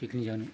picnic जानो